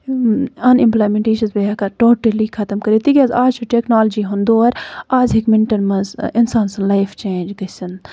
ان ایٚمپٕلایمیٚنٹٕے چھَس بہٕ ہیٚکان ٹوٹٔلی خَتم کٔرِتھ تِکیازِ آز چھُ ٹیٚکنالجی ہُند دور آز ہیٚکہِ مِنٹَن منٛز اِنسان سٕنٛز لایف چینج گٔژھِتھ